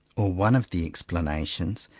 or one of the explanations,